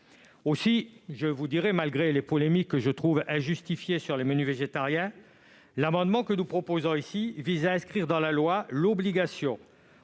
Aussi, malgré les polémiques que j'estime injustifiées sur les menus végétariens, l'amendement que nous proposons ici vise à inscrire dans la loi l'obligation,